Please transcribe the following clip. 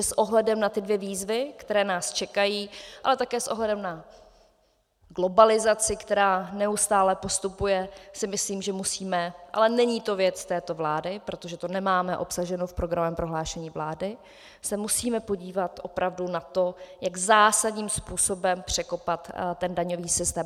S ohledem na ty dvě výzvy, které nás čekají, ale také s ohledem na globalizaci, která neustále postupuje, si myslím, že musíme ale není to věc této vlády, protože to nemáme obsaženo v programovém prohlášení vlády se musíme podívat opravdu na to, jak zásadním způsobem překonat ten daňový systém.